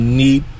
need